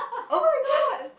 oh-my-god what